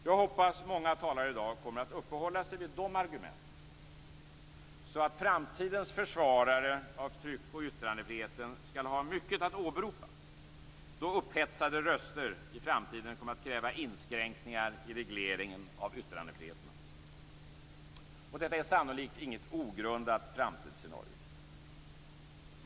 Jag hoppas att många talare i dag kommer att uppehålla sig vid de argumenten, så att framtidens försvarare av tryck och yttrandefriheten skall ha mycket att åberopa då upphetsade röster i framtiden kommer att kräva inskränkningar i regleringen av yttrandefriheterna. Detta är sannolikt inget ogrundat framtidsscenario.